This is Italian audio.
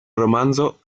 romanzo